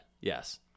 yes